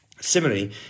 Similarly